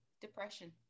Depression